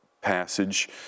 passage